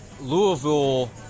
Louisville